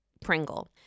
Pringle